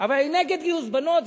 אבל אני נגד גיוס בנות,